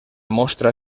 mostra